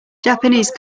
japanese